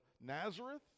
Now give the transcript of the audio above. Nazareth